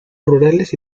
rurales